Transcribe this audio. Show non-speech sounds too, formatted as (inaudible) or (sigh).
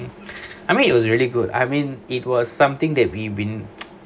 I mean it was really good I mean it was something that we've been (noise)